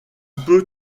peut